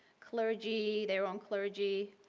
clergy, their own clergy,